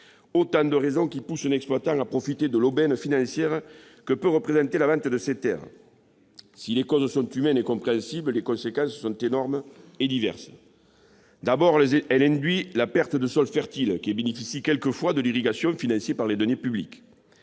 Autant de raisons qui poussent un exploitant à profiter de l'aubaine financière que peut représenter la vente de ses terres. Si les causes sont humaines et compréhensibles, les conséquences en sont énormes et diverses. D'abord, cette artificialisation induit la perte de sols fertiles, qui bénéficient quelquefois d'une irrigation financée par des deniers publics.